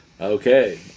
okay